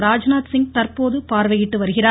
ராஜ்நாத் சிங் தற்போது பார்வையிட்டு வருகிறார்